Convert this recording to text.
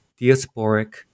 diasporic